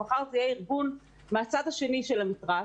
אבל מחר זה יכול להיות ארגון מהצד השני של המתרס